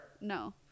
No